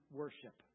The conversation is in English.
worship